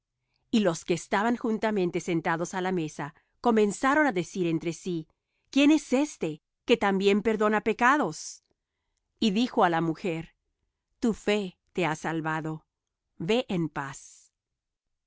y los que estaban juntamente sentados á la mesa comenzaron á decir entre sí quién es éste que también perdona pecados y dijo á la mujer tu fe te ha salvado ve en paz